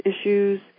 issues